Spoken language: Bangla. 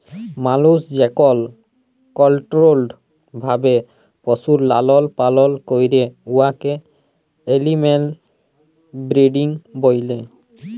মালুস যেকল কলট্রোল্ড ভাবে পশুর লালল পালল ক্যরে উয়াকে এলিম্যাল ব্রিডিং ব্যলে